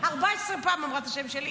14 פעם אמרה את השם שלי.